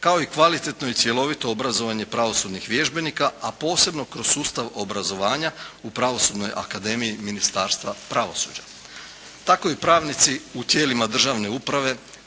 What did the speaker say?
kao i kvalitetnoj i cjelovito obrazovanje pravosudnih vježbenika, a posebno kroz sustav obrazovanja u pravosudnoj akademiji Ministarstva pravosuđa. Tako i pravnici u tijelima državne uprave,